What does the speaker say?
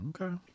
Okay